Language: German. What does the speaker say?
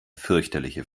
fürchterliche